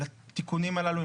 על התיקונים הללו.